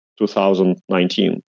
2019